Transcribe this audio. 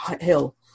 hill